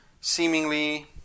seemingly